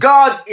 God